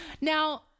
now